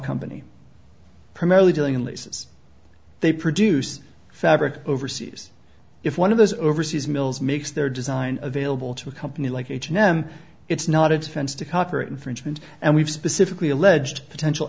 company primarily dealing in laces they produce fabric overseas if one of those overseas mills makes their design available to a company like h no it's not a defense to cover infringement and we've specifically alleged potential